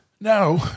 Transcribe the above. Now